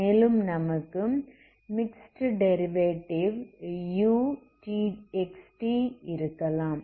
மேலும் நமக்கு mix derivatives இருக்கலாம்